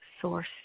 source